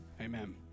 amen